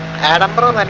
add up but um and